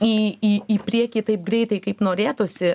į į į priekį taip greitai kaip norėtųsi